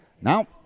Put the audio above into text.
now